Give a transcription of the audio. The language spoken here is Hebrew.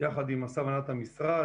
עם השר והנהלת המשרד.